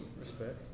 Respect